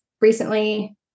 recently